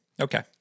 Okay